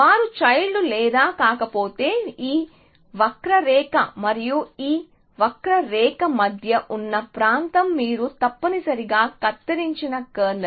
వారు చైల్డ్ లు లేదా కాకపోతే ఈ వక్రరేఖ మరియు ఈ వక్రరేఖ మధ్య ఉన్న ప్రాంతం మీరు తప్పనిసరిగా కత్తిరించని కెర్నల్